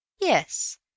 Yes